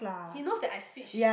he knows that I switch